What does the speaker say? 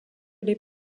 les